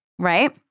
Right